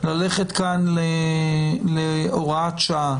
ללכת כאן להוראת שעה.